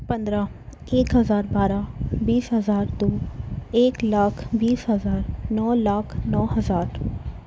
پندرہ ایک ہزار بارہ بیس ہزار دو ایک لاکھ بیس ہزار نو لاکھ نو ہزار